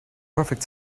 perfect